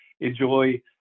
enjoy